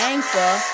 Anchor